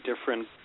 different